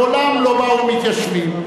מעולם לא באו מתיישבים.